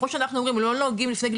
כמו שאנחנו אומרים שלא נוהגים לפני גיל